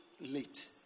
late